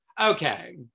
Okay